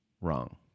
wrong